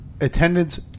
attendance